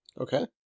Okay